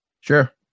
Sure